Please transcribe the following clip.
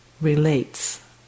Relates